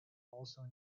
also